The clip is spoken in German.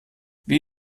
wie